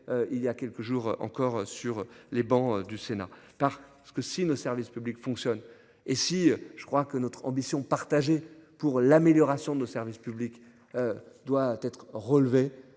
il y a quelques jours encore sur les bancs du Sénat par ce que si nos services publics fonctionnent et si je crois que notre ambition partagée pour l'amélioration de nos services publics. Doit être relevé.